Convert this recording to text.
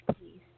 please